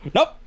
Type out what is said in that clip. Nope